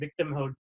victimhood